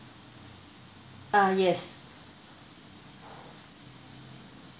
uh yes